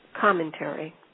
commentary